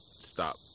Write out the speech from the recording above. stop